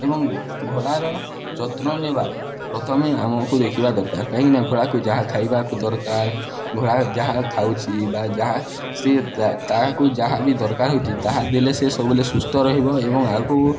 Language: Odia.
ଏବଂ ଘୋଡ଼ାର ଯତ୍ନ ନେବା ପ୍ରଥମେ ଆମକୁ ଦେଖିବା ଦରକାର କାହିଁକିନା ଘୋଡ଼ାକୁ ଯାହା ଖାଇବାକୁ ଦରକାର ଘୋଡ଼ା ଯାହା ଖାଉଛି ବା ଯାହା ସେ ତାହାକୁ ଯାହା ବି ଦରକାର ହେଉଛି ତାହା ଦେଲେ ସେ ସବୁବେଳେ ସୁସ୍ଥ ରହିବ ଏବଂ ଆଗକୁ